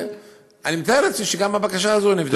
ואני מתאר לעצמי שגם הבקשה הזאת נבדקת.